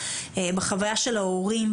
בחוויה של ההורים,